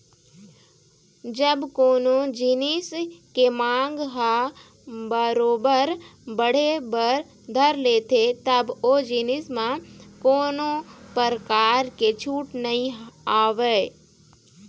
जब कोनो जिनिस के मांग ह बरोबर बढ़े बर धर लेथे तब ओ जिनिस म कोनो परकार के छूट नइ आवय